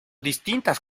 distintas